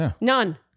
None